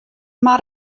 mar